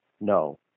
No